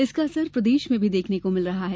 इसका असर प्रदेश में भी देखने को मिल रहा है